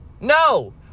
No